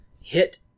hit